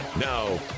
Now